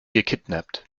gekidnappt